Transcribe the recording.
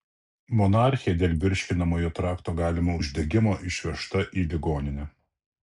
monarchė dėl virškinamojo trakto galimo uždegimo išvežta į ligoninę